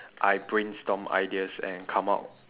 I brainstorm ideas and come out